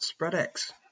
SpreadX